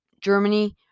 Germany